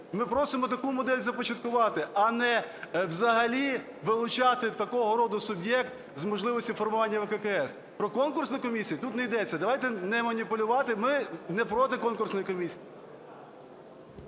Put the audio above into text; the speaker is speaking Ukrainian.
Ми просимо таку модель започаткувати, а не взагалі вилучати такого роду суб'єкт з можливістю формування ВККС. Про конкурсну комісію тут не йдеться, давайте не маніпулювати. Ми не проти конкурсної комісії.